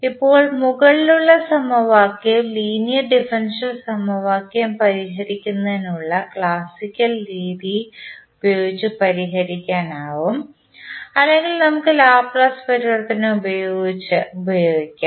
ഇപ്പോൾ മുകളിലുള്ള സമവാക്യം ലീനിയർ ഡിഫറൻഷ്യൽ സമവാക്യം പരിഹരിക്കുന്നതിനുള്ള ക്ലാസിക്കൽ രീതി ഉപയോഗിച്ച് പരിഹരിക്കാനാകും അല്ലെങ്കിൽ നമുക്ക് ലാപ്ലേസ് പരിവർത്തനം ഉപയോഗിക്കാം